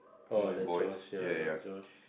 orh that Josh ya I got the Josh